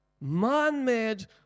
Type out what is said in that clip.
Man-made